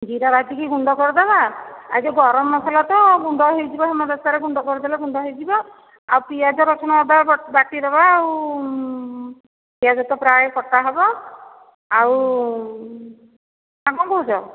ଜିରା ବାଟିକି ଗୁଣ୍ଡ କରିଦବା ଆଉ ଯେଉଁ ଗରମ ମସଲା ତ ଗୁଣ୍ଡ ହୋଇଯିବ ହେମଦସ୍ତାରେ ଗୁଣ୍ଡ କରିଦେଲେ ଗୁଣ୍ଡ ହୋଇଯିବ ଆଉ ପିଆଜ ରସୁଣ ଅଦା ବାଟିଦେବା ଆଉ ପିଆଜ ତ ପ୍ରାୟ କଟାହେବ ଆଉ ଆଉ ନା କ'ଣ କହୁଛ